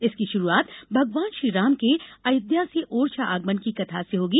इसकी शुरूआत भगवान श्रीराम के अयोध्या से ओरछा आगमन की कथा से होगी